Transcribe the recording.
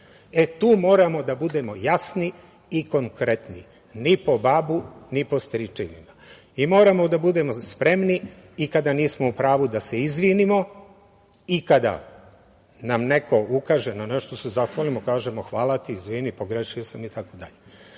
moramo da budemo jasni i konkretni – ni po babu, ni po stričevima. Moramo da budemo spremni, i kada nismo u pravu da se izvinimo, i kada nam neko ukaže na nešto se zahvalimo, kažemo – hvala ti, izvini, pogrešio sam itd. Od